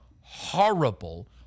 horrible